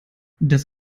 das